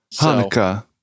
Hanukkah